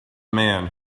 man